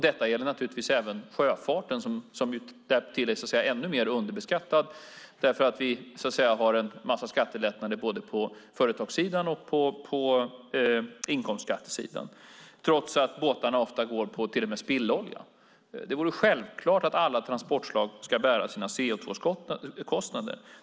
Detta gäller naturligtvis även sjöfarten, som är ännu mer underbeskattad därför att vi har en massa skattelättnader både på företagssidan och på inkomstskattesidan trots att båtarna ofta till och med går på spillolja. Självklart borde alla transportslag bära sina CO2-kostnader.